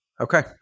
Okay